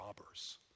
Robbers